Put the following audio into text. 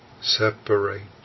separate